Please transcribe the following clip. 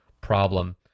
problem